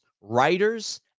writers